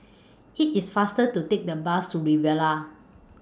IT IS faster to Take The Bus to Riviera